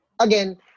Again